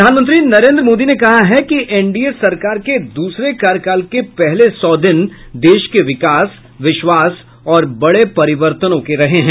प्रधानमंत्री नरेन्द्र मोदी ने कहा है कि एनडीए सरकार के दूसरे कार्यकाल के पहले सौ दिन देश के विकास विश्वास और बड़े परिर्वतनों के हैं